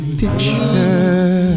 picture